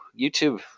YouTube